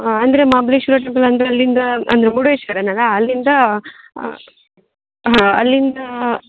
ಅಂದರೆ ಮಹಾಬಲೇಶ್ವರ ಟೆಂಪಲ್ ಅಂದರೆ ಅಲ್ಲಿಂದ ಅಂದರೆ ಮುರುಡೇಶ್ವರನಲ ಅಲ್ಲಿಂದಾ ಹಾಂ ಅಲ್ಲಿಂದಾ